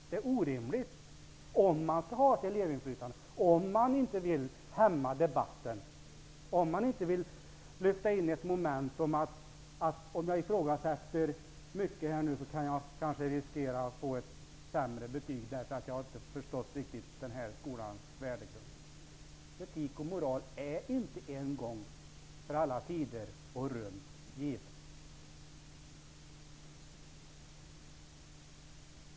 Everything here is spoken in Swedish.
Det är orimligt om man skall ha ett elevinflytande, om man inte vill hämma debatten eller om man inte vill lyfta in ett moment om att eleven inte får ifrågasätta så mycket, för då riskerar han att få ett sämre betyg, därför att han inte riktigt har förstått just den skolans värdegrund. Etik och moral är inte en gång för alla tider och rum givna.